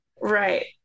Right